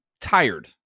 tired